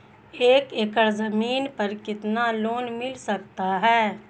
एक एकड़ जमीन पर कितना लोन मिल सकता है?